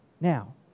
Now